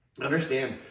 understand